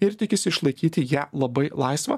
ir tikisi išlaikyti ją labai laisvą